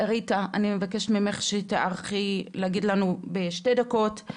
ריטה, אני מבקשת ממך להגיד לנו בשתי דקות את